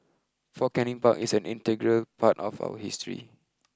Fort Canning Park is an integral part of our history